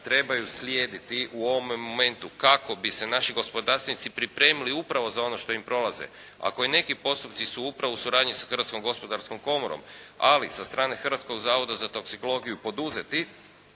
trebaju slijediti u ovome momentu kako bi se naši gospodarstvenici pripremili upravo za ono što im prolaze, a koji neki postupci su upravo u suradnji sa Hrvatskom gospodarskom komorom, ali sa strane Hrvatskom zavoda za toksikologiju poduzeti